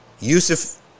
Yusuf